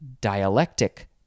dialectic